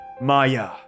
Maya